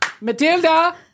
Matilda